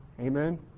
Amen